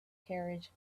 carriage